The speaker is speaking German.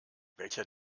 welcher